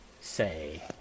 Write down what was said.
say